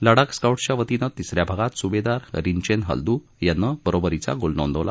लडाख स्काउट्सच्या वतीनं तिसऱ्या भागात सुबेदार रिनचेन हलदू यांनी बरोबरीचा गोल नोंदवला